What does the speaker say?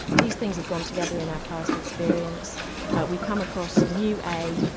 these things have gone together in our past experience we come across a new a,